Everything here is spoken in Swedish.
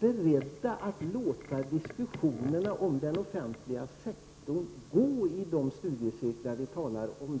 beredda att låta diskussionen om den offentliga sektorn gå i de studiecirklar vi talar om?